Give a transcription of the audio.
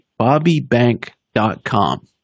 bobbybank.com